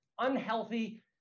unhealthy